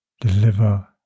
deliver